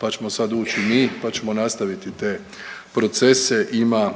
pa ćemo sada ući u njih, pa ćemo nastaviti te procese. Ima